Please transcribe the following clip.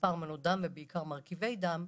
מספר מנות דם ומרכיבי דם,